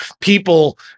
people